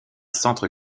centre